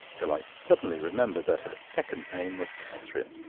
till i suddenly remembered that her second name was catherine,